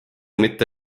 mitte